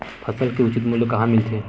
फसल के उचित मूल्य कहां मिलथे?